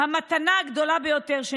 שהם תמיד טובים יותר,